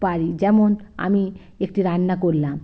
পারি যেমন আমি একটি রান্না করলাম